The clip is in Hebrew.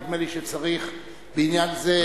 נדמה לי שצריך בעניין זה,